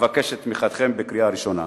אבקש את תמיכתכם בקריאה ראשונה.